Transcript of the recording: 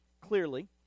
clearly